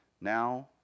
Now